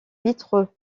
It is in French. vitreux